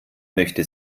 möchte